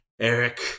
Eric